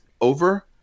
over